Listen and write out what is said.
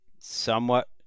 somewhat –